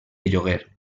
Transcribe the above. lloguer